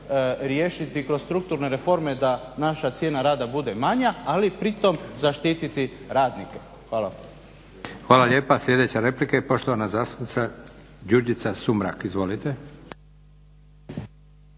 riješiti kroz strukturne reforme da naša cijena rada bude manja, ali pritom zaštiti radnike. Hvala vam. **Leko, Josip (SDP)** Hvala lijepa. Sljedeća replika i poštovana zastupnica Đurđica Sumrak. Izvolite.